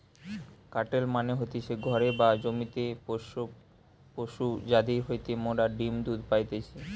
কাটেল মানে হতিছে ঘরে বা জমিতে পোষ্য পশু যাদির হইতে মোরা ডিম্ দুধ পাইতেছি